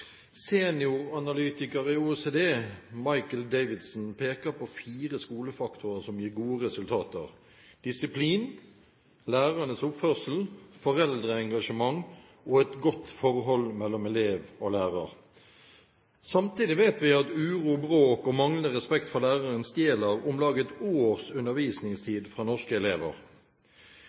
i OECD Michael Davidson peker på fire skolefaktorer som gir gode resultater: disiplin, lærernes oppførsel, foreldreengasjement og et godt forhold mellom elev og lærer. Samtidig vet vi at uro, bråk og manglende respekt for læreren stjeler om lag ett års undervisningstid fra norske elever.